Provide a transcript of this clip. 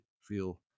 feel